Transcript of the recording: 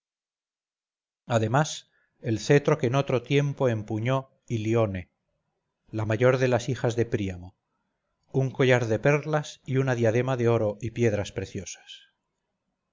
además el cetro que en otro tiempo empuñó ilione la mayor de las hijas de príamo un collar de perlas y una diadema de oro y piedras preciosas